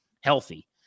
healthy